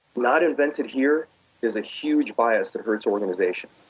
not invented here is a huge bias that hurts organizations.